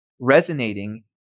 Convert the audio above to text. resonating